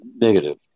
Negative